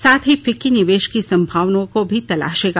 साथ फिक्की निवेश की संभावनाओं को भी तलाशेगा